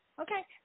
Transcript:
Okay